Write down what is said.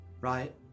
right